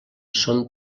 són